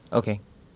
okay